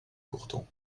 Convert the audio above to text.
pourtant